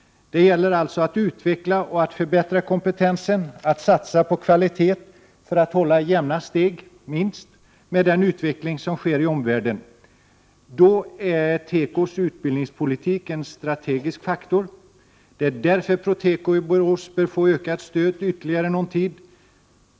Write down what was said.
Det gäller således att utveckla och förbättra kompetensen, att satsa på Prot. 1988/89:96 kvalitet för att kunna hålla åtminstone jämna steg med den utveckling som 13 april 1989 sker i omvärlden. I det sammanhanget är tekos utbildningspolitik en strategisk faktor. Det är därför som Proteko i Borås bör få ökat stöd under ytterligare en tid.